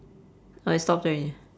oh it stopped already